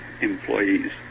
employees